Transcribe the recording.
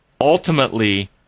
ultimately